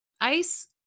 Ice